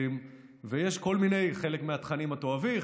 ויש כל מיני תכנים של יהודים.